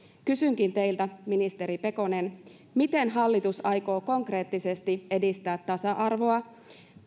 kysynkin teiltä ministeri pekonen miten hallitus aikoo konkreettisesti edistää tasa arvoa